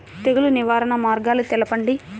తెగులు నివారణ మార్గాలు తెలపండి?